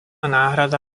náhrada